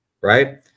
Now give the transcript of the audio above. right